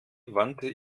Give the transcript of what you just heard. wandte